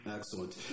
Excellent